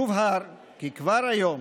יובהר כי כבר היום,